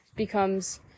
becomes